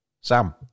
Sam